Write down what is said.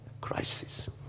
Crisis